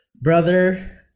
Brother